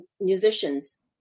musicians